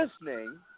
listening